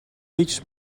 liedjes